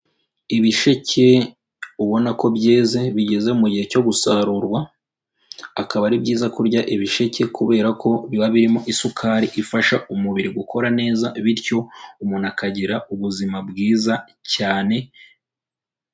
Ibisheke ubona ko byeze bigeze mu gihe cyo gusarurwa, akaba ari byiza kurya ibisheke kubera ko biba birimo isukari ifasha umubiri gukora neza, bityo umuntu akagira ubuzima bwiza cyane.